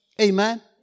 Amen